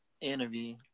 interview